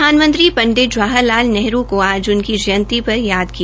प्रधानमंत्री पंडित जवाहर लाल नेहरू को आज उनकी प्ण्यतिथि पर याद किया